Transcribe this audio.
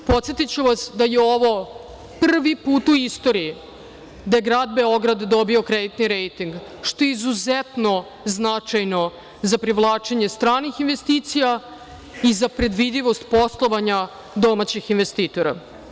Podsetiću vas da je ovo prvi put u istoriji da je Grad Beograd dobio kreditni rejting, što je izuzetno značajno za privlačenje stranih investicija i za predvidivost poslovanja domaćih investitora.